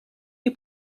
you